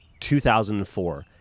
2004